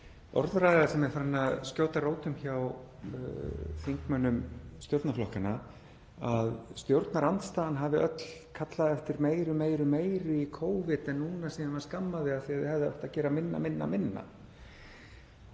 orðræða sem er farin að skjóta rótum hjá þingmönnum stjórnarflokkanna, að stjórnarandstaðan hafi öll kallað eftir meira, meira, meira í Covid en að nú sé hún að skamma þau því að þau hefðu átt að gera minna, minna, minna.